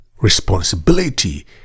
responsibility